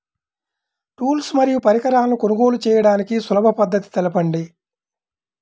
Tools మరియు పరికరాలను కొనుగోలు చేయడానికి సులభ పద్దతి తెలపండి?